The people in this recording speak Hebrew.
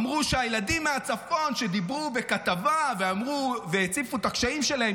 אמרו על הילדים מהצפון שדיברו בכתבה והציפו את הקשיים שלהם,